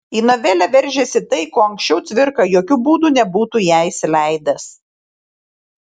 į novelę veržiasi tai ko anksčiau cvirka jokiu būdu nebūtų į ją įsileidęs